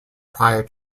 prior